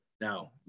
now